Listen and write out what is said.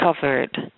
covered